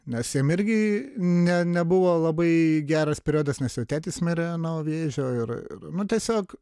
nes jam irgi ne nebuvo labai geras periodas nes jo tėtis mirė nuo vėžio ir nu tiesiog